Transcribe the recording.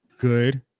Good